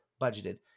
budgeted